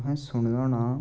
तुसें सुने दा होना